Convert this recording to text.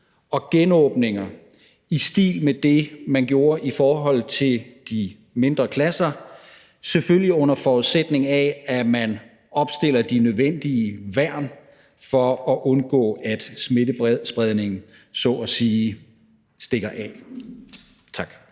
og genåbninger i stil med det, man gjorde i forhold til mindre klasser, selvfølgelig under forudsætning af, at man opstiller de nødvendige værn for at undgå, at smittespredningen så at sige stikker af. Tak.